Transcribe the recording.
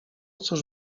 cóż